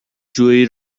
جویی